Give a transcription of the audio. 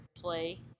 play